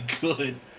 good